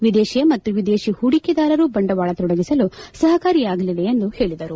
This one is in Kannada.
ವಿದೇಶಿಯ ಮತ್ತು ವಿದೇಶಿ ಪೂಡಿಕೆದಾರರು ಬಂಡವಾಳ ತೊಡಗಿಸಲು ಸಹಕಾರಿಯಾಗಲಿದೆ ಎಂದು ಹೇಳಿದರು